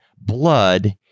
blood